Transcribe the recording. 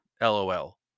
LOL